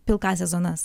pilkąsias zonas